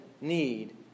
need